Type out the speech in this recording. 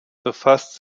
befasste